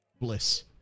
Bliss